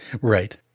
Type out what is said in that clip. Right